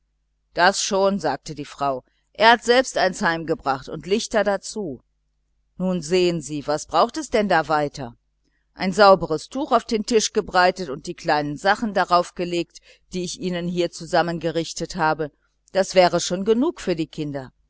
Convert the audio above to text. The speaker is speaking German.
das schon sagte die schmidtmeierin er hat selbst eines heimgebracht und lichter dazu nun sehen sie was braucht es denn da weiter ein sauberes tuch auf den tisch gebreitet und die kleinen sachen darauf gelegt die ich ihnen hier zusammen gerichtet habe das wäre schon genug für kinder